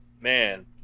man